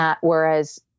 Whereas